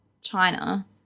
China